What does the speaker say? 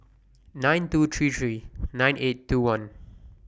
nine two three three nine eight two one